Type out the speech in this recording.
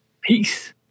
Peace